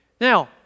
Now